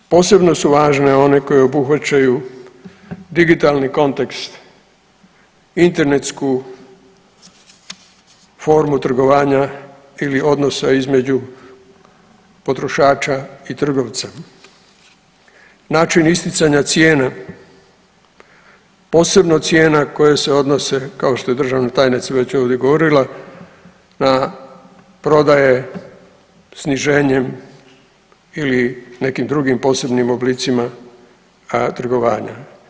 Posebno su važne one koje obuhvaćaju digitalni kontekst, internetsku formu trgovanja ili odnosa između potrošača i trgovca, način isticanja cijena, posebno cijena koje se odnose kao što je državna tajnica ovdje već govorila na prodaje sniženjem ili nekim drugim posebnim oblicima trgovanja.